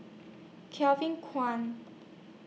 Kevin Kwan